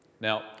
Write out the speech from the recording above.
Now